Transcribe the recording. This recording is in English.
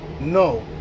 No